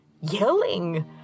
yelling